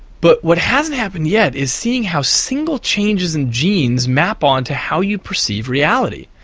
but what hasn't happened yet is seeing how single changes in genes map on to how you perceive reality.